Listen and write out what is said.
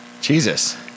Jesus